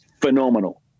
phenomenal